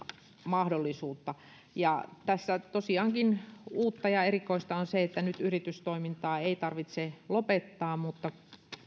mahdollisuutta tässä tosiaankin uutta ja erikoista on se että nyt yritystoimintaa ei tarvitse lopettaa mutta